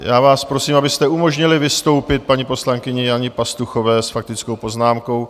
Já vás prosím, abyste umožnili vystoupit paní poslankyni Janě Pastuchové s faktickou poznámkou.